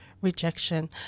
rejection